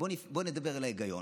בואו נדבר אל ההיגיון: